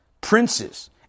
princes